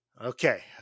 Okay